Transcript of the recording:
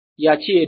याची एरिया